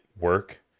work